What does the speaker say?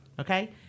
okay